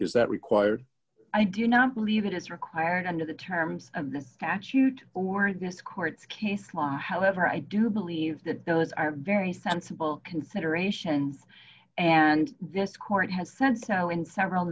is that required i do not believe it is required under the terms of the actu to or this court's case law however i do believe that those are very sensible considerations and this court has said so in several